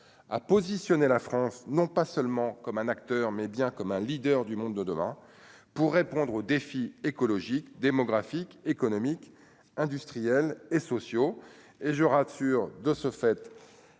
à positionner la France non pas seulement comme un acteur, mais bien comme un leader du monde de demain pour répondre aux défis écologiques démographiques, économiques, industriels et sociaux et je rassure, de ce fait,